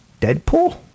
Deadpool